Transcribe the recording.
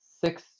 six